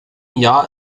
jahr